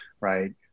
right